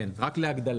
כן, רק להגדלה.